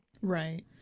right